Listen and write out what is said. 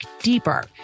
deeper